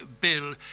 Bill